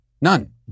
None